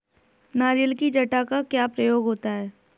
नारियल की जटा का क्या प्रयोग होता है?